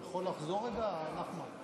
אתה יכול לחזור רגע, נחמן?